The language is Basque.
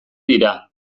dira